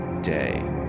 day